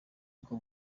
ngo